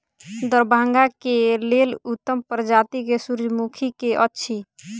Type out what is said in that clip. दरभंगा केँ लेल उत्तम प्रजाति केँ सूर्यमुखी केँ अछि?